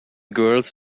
girls